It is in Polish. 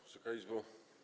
Wysoka Izbo!